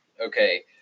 okay